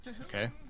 Okay